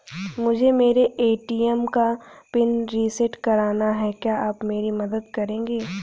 मुझे मेरे ए.टी.एम का पिन रीसेट कराना है क्या आप मेरी मदद करेंगे?